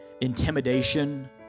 intimidation